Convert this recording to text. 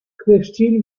christine